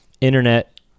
internet